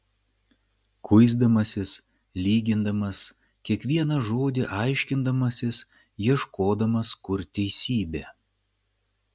kuisdamasis lygindamas kiekvieną žodį aiškindamasis ieškodamas kur teisybė